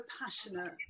passionate